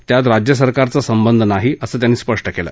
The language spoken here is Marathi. त्यात राज्य सरकारचा संबंध नाही असं त्यांनी स्पष्ट केलं